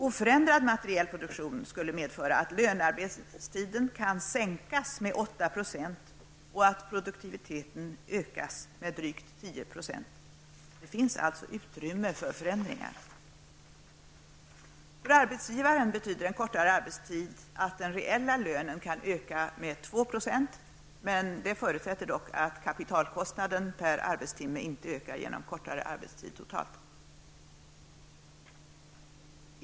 Oförändrad materiell produktion skulle medföra att lönearbetstiden kunde sänkas med 8 % och att produktiviteten kunde ökas med drygt 10 %. Det finns alltså utrymme för förändringar. För arbetsgivaren betyder den kortare arbetstiden att den reella lönen kan ökas med 2 %. Det förutsätter dock att kapitalkostnaden per arbetstimme inte ökar genom kortare arbetstid totalt.